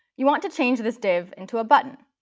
you want to change this div into a button.